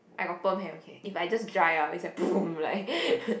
I got perm hair okay if I just dry ah it's like poom like